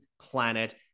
planet